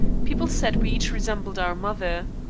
people said we each resembled our mother.